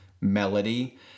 melody